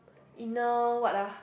inner what ah